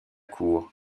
cour